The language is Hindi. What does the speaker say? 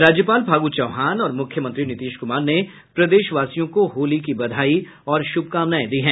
राज्यपाल फागू चौहान और मुख्यमंत्री नीतीश कुमार ने प्रदेशवासियों को होली की बधाई और शुभकामनाएं दी हैं